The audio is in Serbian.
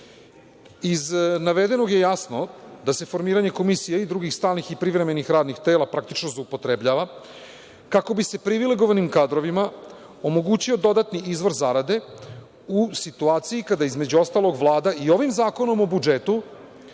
Iz navedenog je jasno da se formiranje komisije i drugih stalnih i privremenih radnih tela praktično zloupotrebljava kako bi se privilegovanim kadrovima omogućio dodatni izvor zarade u situaciji kada između ostalog Vlada i ovim Zakonom o budžetu